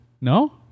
No